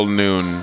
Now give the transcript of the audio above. noon